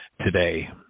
today